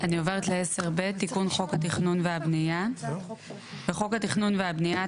"תיקון חוק התכנון והבנייה 10ב בחוק התכנון והבנייה,